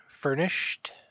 furnished